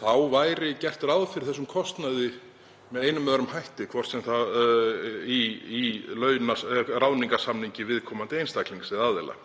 um, væri gert ráð fyrir þessum kostnaði með einum eða öðrum hætti í ráðningarsamningi viðkomandi aðila.